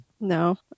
no